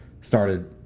started